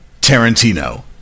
Tarantino